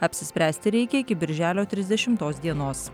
apsispręsti reikia iki birželio trisdešimtos dienos